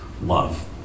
love